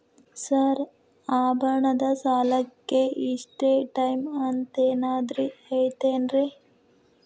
Sir ಆಭರಣದ ಸಾಲಕ್ಕೆ ಇಷ್ಟೇ ಟೈಮ್ ಅಂತೆನಾದ್ರಿ ಐತೇನ್ರೇ?